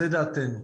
זו דעתנו.